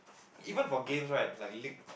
even for games right like League